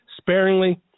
sparingly